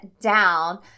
down